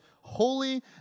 holy